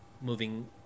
moving